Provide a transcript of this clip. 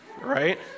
right